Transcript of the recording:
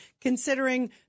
considering